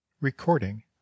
Recording